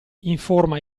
informa